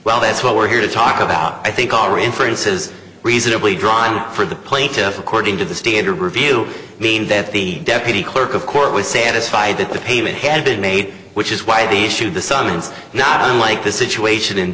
well that's what we're here to talk about i think already inference is reasonably drawn for the plaintiff according to the standard review mean that the deputy clerk of court was satisfied that the payment had been made which is why the issue of the summons not unlike the situation in